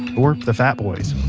or the fat boys